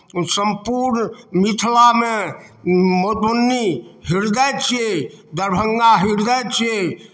सम्पूर्ण मिथिलामे मधुबनी हृदय छियै दरभंगा हृदय छियै